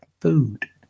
food